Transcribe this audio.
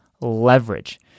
leverage